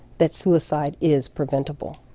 that suicide is preventable.